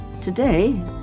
Today